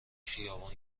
خیابان